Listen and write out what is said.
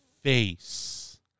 face